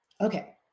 Okay